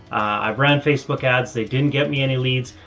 i ran facebook ads. they didn't get me any leads.